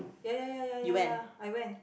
ya ya ya ya ya ya I went